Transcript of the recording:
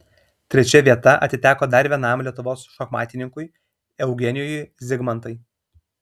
trečia vieta atiteko dar vienam lietuvos šachmatininkui eugenijui zigmantai